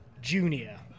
Junior